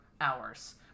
hours